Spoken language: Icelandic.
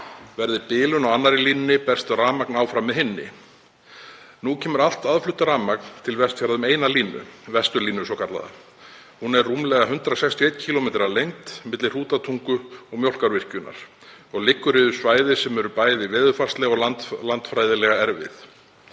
Verði bilun á annarri línunni berst rafmagn áfram með hinni. Nú kemur allt aðflutt rafmagn til Vestfjarða með einni línu, svokallaðri Vesturlínu. Hún er rúmlega 161 km að lengd, milli Hrútatungu og Mjólkárvirkjunar, og liggur yfir svæði sem er bæði veðurfarslega og landfræðilega erfitt.